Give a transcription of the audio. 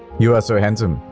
you are so handsome.